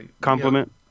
compliment